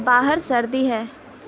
باہر سردی ہے